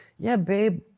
yeah babe,